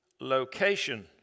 location